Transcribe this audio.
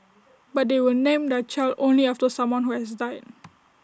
but they will name their child only after someone who has died